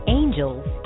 angels